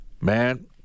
man